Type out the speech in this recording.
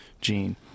gene